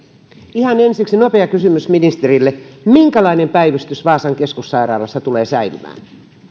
ihan ensiksi nopea kysymys ministerille minkälainen päivystys vaasan keskussairaalassa tulee säilymään